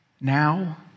Now